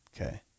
Okay